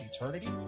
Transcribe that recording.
eternity